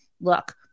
look